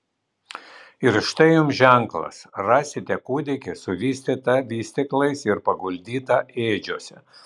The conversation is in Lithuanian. ir štai jums ženklas rasite kūdikį suvystytą vystyklais ir paguldytą ėdžiose